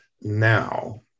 now